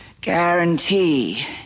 guarantee